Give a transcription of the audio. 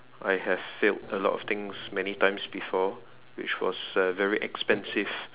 I have failed a lot of things many times before which was uh very expensive